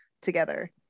together